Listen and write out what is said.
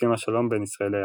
והסכם השלום בין ישראל לירדן.